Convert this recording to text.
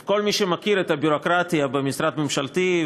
כל מי שמכיר את הביורוקרטיה במשרד ממשלתי,